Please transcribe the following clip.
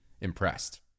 impressed